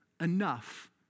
enough